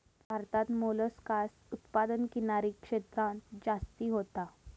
भारतात मोलस्कास उत्पादन किनारी क्षेत्रांत जास्ती होता